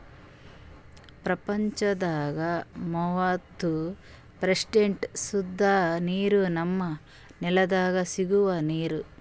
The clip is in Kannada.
ಪ್ರಪಂಚದಾಗ್ ಮೂವತ್ತು ಪರ್ಸೆಂಟ್ ಸುದ್ದ ನೀರ್ ನಮ್ಮ್ ನೆಲ್ದಾಗ ಸಿಗೋ ನೀರ್